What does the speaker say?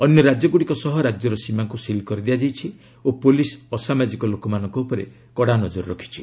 ଅନ୍ୟ ରାଜ୍ୟଗୁଡ଼ିକ ସହ ରାଜ୍ୟର ସୀମାକୁ ସିଲ୍ କରିଦିଆଯାଇଛି ଓ ପୋଲିସ୍ ଅସାମାଜିକ ଲୋକମାନଙ୍କ ଉପରେ କଡ଼ା ନଜର ରଖିଛି